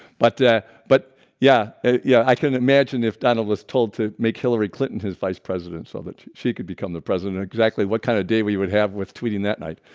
but but yeah yeah, i can imagine if donald was told to make hillary clinton his vice president so that she could become the president exactly what kind of day we would have with tweeting that night?